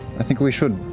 i think we should